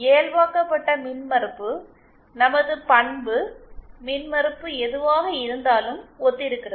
இயல்பாக்கப்பட்ட மின்மறுப்பு நமது பண்பு மின்மறுப்பு எதுவாக இருந்தாலும் ஒத்திருக்கிறது